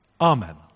Amen